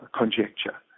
conjecture